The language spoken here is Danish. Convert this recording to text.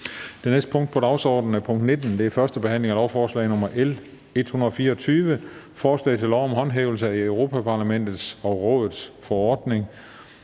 Det næste punkt på dagsordenen er: 19) 1. behandling af lovforslag nr. L 124: Forslag til lov om håndhævelse af Europa-Parlamentets og Rådets forordning